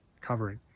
covering